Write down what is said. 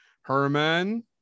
herman